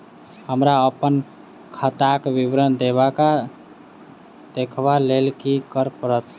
हमरा अप्पन खाताक विवरण देखबा लेल की करऽ पड़त?